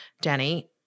Danny